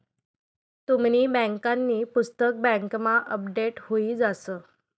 तुमनी बँकांनी पुस्तक बँकमा अपडेट हुई जास